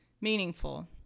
meaningful